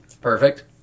Perfect